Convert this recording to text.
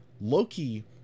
Loki